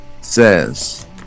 says